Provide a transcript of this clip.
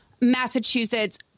Massachusetts